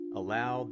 allow